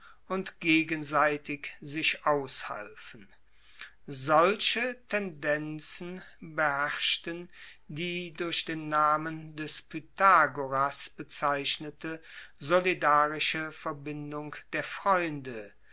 und gegenseitig sich aushalfen solche tendenzen beherrschten die durch den namen des pythagoras bezeichnete solidarische verbindung der freunde